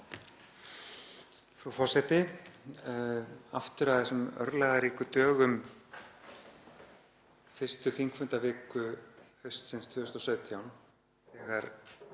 Frú forseti. Aftur að þessum örlagaríku dögum fyrstu þingfundaviku haustsins 2017,